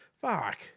Fuck